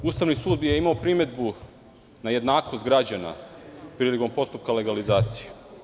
Ustavni sud je imao primedbu na jednakost građana prilikom postupka legalizacije.